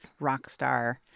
Rockstar